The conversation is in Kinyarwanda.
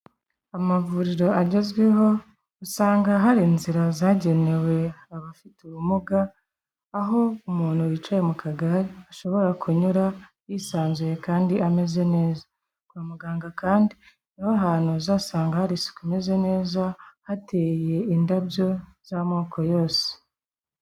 Amavuriro agezweho, usanga hari inzira zagenewe abafite ubumuga, aho umuntu wicaye mu kagare, ashobora kunyura yisanzuye kandi ameze neza. Kwa muganga kandi, niho hantu uzasanga hari isuku imeze neza, hateye indabyo z'amoko yose.